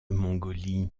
mongolie